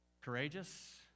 Courageous